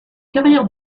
carrières